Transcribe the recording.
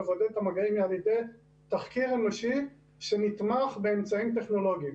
על ידי תחקיר אנושי שנתמך באמצעים טכנולוגיים.